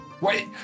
Wait